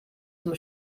zum